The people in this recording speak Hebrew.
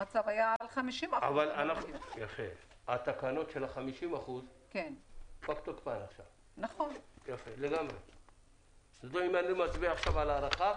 המצב היה 50%. אם אני לא מצביע עכשיו על הארכה,